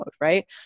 right